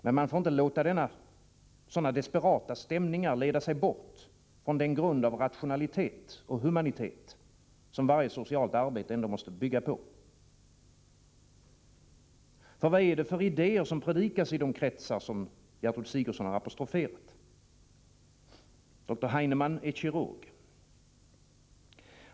Men man får inte låta sådana desperata stämningar leda sig bort från den grund av rationalitet och humanitet, som varje socialt arbete måste bygga på. Vad är det för idéer som predikas i de kretsar som Gertrud Sigurdsen har apostroferat? Dr Heinemann är kirurg.